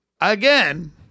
again